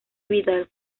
vidal